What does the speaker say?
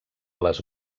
les